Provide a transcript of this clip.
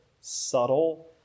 subtle